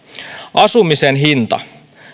asumisen hinta